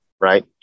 Right